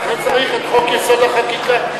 לכן צריך את חוק-יסוד: החקיקה,